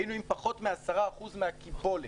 היינו עם פחות מ-10% מהקיבולת.